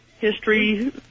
history